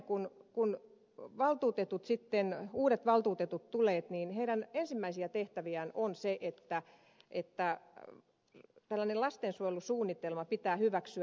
kun uudet valtuutetut tulevat heidän ensimmäisiä tehtäviään on se että tällainen lastensuojelusuunnitelma pitää hyväksyä